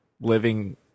living